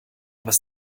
was